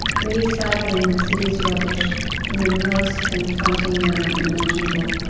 recycling the city's rubbish in the most confronting manner imaginable.